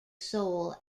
soul